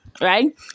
right